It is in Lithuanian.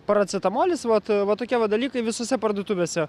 paracetamolis vat va tokie dalykai visose parduotuvėse